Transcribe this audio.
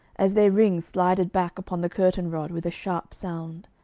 as their rings slided back upon the curtain rod with a sharp sound.